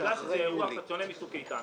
בגלל שזה אירוע קצת שונה מצוק איתן.